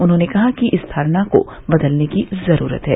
उन्होंने कहा कि इस धारणा को बदलने की जरूरत है